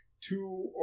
two